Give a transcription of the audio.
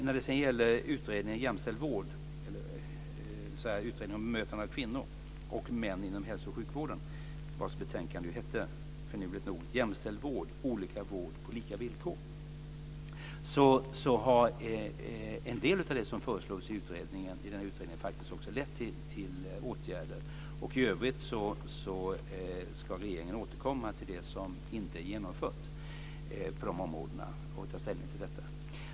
När det gäller utredningen om bemötande av kvinnor och män inom hälso och sjukvården, vars betänkande finurligt nog hette Jämställd vård - olika vård på lika villkor, har en del av det som föreslås faktiskt lett till åtgärder. I övrigt ska regeringen återkomma till det som inte har genomförts på de områdena och ta ställning till det.